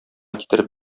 китереп